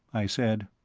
i said.